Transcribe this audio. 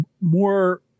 more